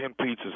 pizzas